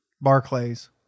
Barclays